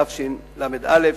תשל"א,